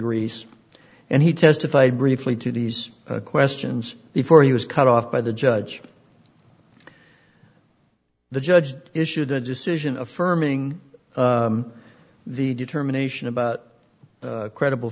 greece and he testified briefly to these questions before he was cut off by the judge the judge issued a decision affirming the determination about credible